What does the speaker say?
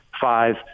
five